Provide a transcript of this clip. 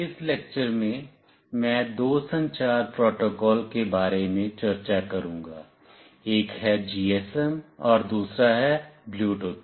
इस लेक्चर में मैं दो संचार प्रोटोकॉल के बारे में चर्चा करूंगा एक है GSM और दूसरा है ब्लूटूथ